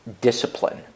discipline